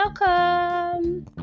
welcome